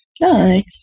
Nice